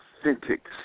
authentic